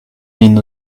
vin